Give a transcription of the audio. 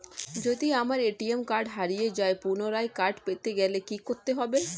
যদি আমার ATM card হারিয়ে যায় পুনরায় কার্ড পেতে গেলে কি করতে হবে?